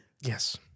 Yes